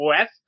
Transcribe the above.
OS